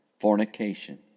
fornication